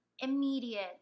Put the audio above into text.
immediate